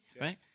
right